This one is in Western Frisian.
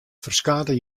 ferskate